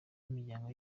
imiryango